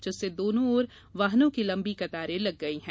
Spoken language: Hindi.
जिससे दोनों ओर वाहनों की लंबी कतारे लग गईं